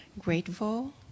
grateful